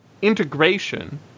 integration